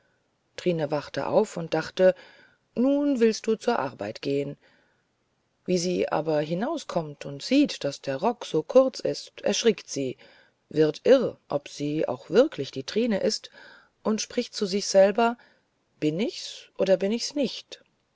trine wachte auf und gedacht nun willst du zur arbeit gehn wie sie aber hinauskommt und sieht daß der rock so kurz ist erschrickt sie wird irr ob sie auch wirklich die trine ist und spricht zu sich selber bin ichs oder bin ichs nicht